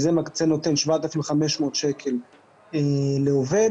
זה נותן 7,500 שקל לעובד.